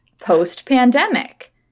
post-pandemic